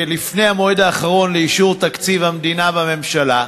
לפני המועד האחרון לאישור תקציב המדינה בממשלה,